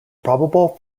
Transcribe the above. probable